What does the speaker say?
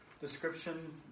description